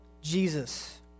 Jesus